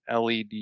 led